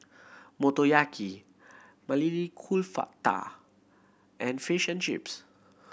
Motoyaki Maili Kofta and Fish and Chips